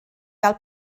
gael